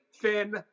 Finn